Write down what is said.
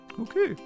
Okay